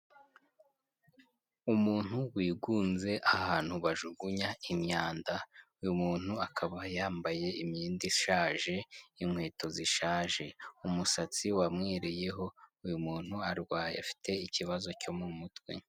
Umuntu wigunze ahantu bajugunya imyanda, uyu muntu akaba yambaye imyenda ishaje n'inkweto zishaje umusatsi wamwereyeho, uyu muntu arwaye afite ikibazo cyo mu mutwe.